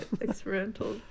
experimental